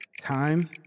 Time